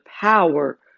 power